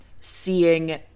seeing